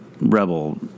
rebel